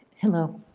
hello.